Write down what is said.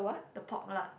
the pork lard